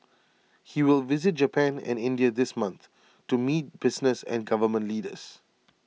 he will visit Japan and India this month to meet business and government leaders